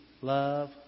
Love